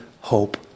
hope